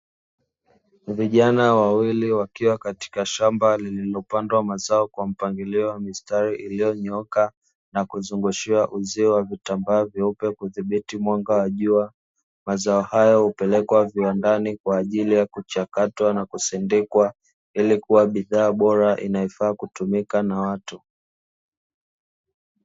Vijana wawili wakiwa katika shamba, lililopandwa mazao kwa mistari iliyonyooka na kuzungushiwa uzio wa vitambaa vyeupe , kuzidhibiti mwanga wa jua , mazao hayo hupeleka shambani kwaajili ya kuchakatwa na kusindikwa , ili kuwa bídhaa bora inayofaa kutumika na watu.